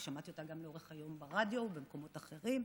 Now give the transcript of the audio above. ושמעתי אותה גם לאורך היום ברדיו ובמקומות אחרים.